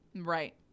Right